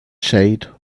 shade